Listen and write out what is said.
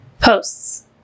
posts